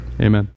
Amen